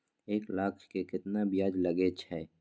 एक लाख के केतना ब्याज लगे छै?